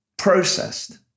processed